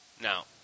Now